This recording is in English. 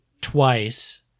twice